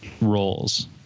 roles